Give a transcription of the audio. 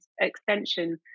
extension